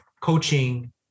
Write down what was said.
coaching